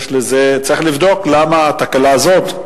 יש לזה, צריך לבדוק למה התקלה הזאת,